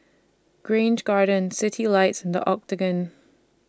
Grange Garden Citylights and The Octagon